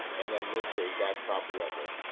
and then list their exact property address.